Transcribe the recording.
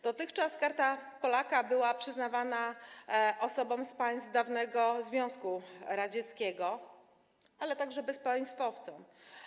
Dotychczas Karta Polaka była przyznawana osobom z państw dawnego Związku Radzieckiego, a także bezpaństwowcom.